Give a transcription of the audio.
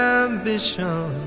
ambition